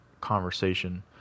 conversation